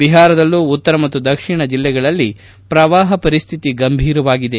ಬಿಹಾರದಲ್ಲೂ ಉತ್ತರ ಮತ್ತು ದಕ್ಷಿಣ ಜಿಲ್ಲೆಗಳಲ್ಲಿ ಪ್ರವಾಹ ಪರಿಸ್ತಿತಿ ಗಂಭೀರವಾಗಿದೆ